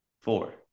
Four